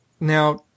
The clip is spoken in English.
now